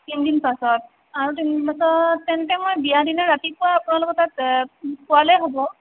তিনি দিন পাছত আৰু তিনি দিন পাছত তেন্তে মই বিয়াৰ দিনা ৰাতিপুৱা আপোনালোকৰ তাত পোৱালেই হ'ব